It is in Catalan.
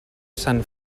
sant